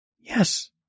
yes